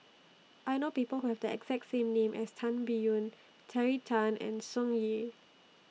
I know People Who Have The exact name as Tan Biyun Terry Tan and Tsung Yeh